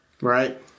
right